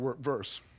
verse